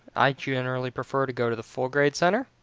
i generally prefer to go to the full grade center,